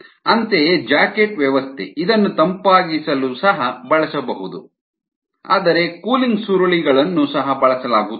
ಅಂತೆಯೇ ಜಾಕೆಟ್ ವ್ಯವಸ್ಥೆ ಇದನ್ನು ತಂಪಾಗಿಸಲು ಸಹ ಬಳಸಬಹುದು ಆದರೆ ಕೂಲಿಂಗ್ ಸುರುಳಿಗಳನ್ನು ಸಹ ಬಳಸಲಾಗುತ್ತದೆ